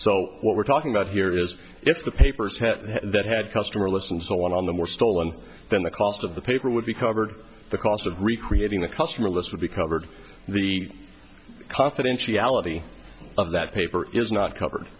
what we're talking about here is if the papers have that had customer lists and so on them were stolen then the cost of the paper would be covered the cost of recreating the customer list would be covered the confidentiality of that paper is not covered